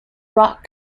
rock